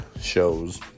shows